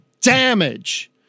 damage